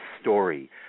story